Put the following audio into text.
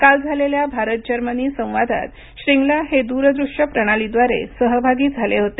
काल झालेल्या भारत जर्मनी संवादात श्रींगला हे दूर दृश्य प्रणालीद्वारे सहभागी झाले होते